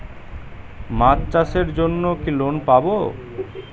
মাছ চাষের জন্য কি লোন পাব?